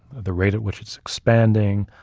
the rate at which it's expanding,